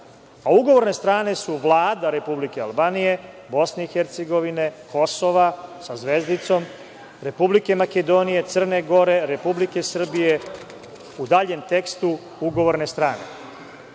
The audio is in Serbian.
a ugovorne strane su Vlada Republike Albanije, BiH, Kosova sa zvezdicom, Republike Makedonije, Crne Gore, Republike Srbije, u daljem tekstu ugovorne